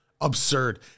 Absurd